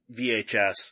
VHS